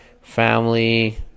family